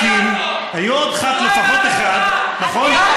כנסת, לפחות אחד, נכון?